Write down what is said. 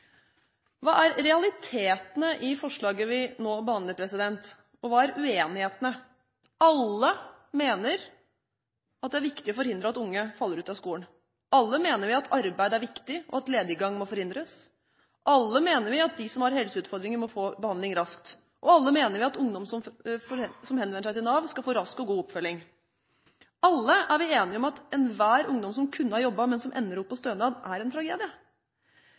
Hva er realitetene i forslaget vi nå behandler, og hva er uenighetene? Alle mener det er viktig å forhindre at unge faller ut av skolen. Alle mener vi at arbeid er viktig og at lediggang må forhindres. Alle mener vi at de som har helseutfordringer, må få behandling raskt. Alle mener vi at ungdom som henvender seg til Nav, skal få rask og god oppfølging. Alle er vi enige om at enhver ungdom som kunne ha jobbet, men som ender opp på stønad, er en tragedie.